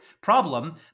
problem